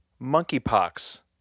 monkeypox